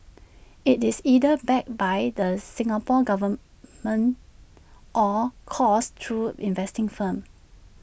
IT is either backed by the Singapore Government or coursed through investing firms